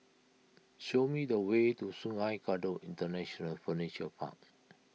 show me the way to Sungei Kadut International Furniture Park